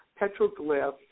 petroglyph